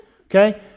okay